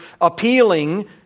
appealing